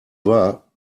war